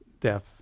death